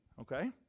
okay